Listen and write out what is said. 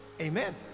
amen